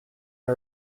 are